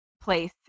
place